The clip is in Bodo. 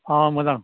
अह मोजां